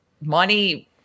money